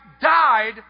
died